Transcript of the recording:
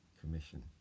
Commission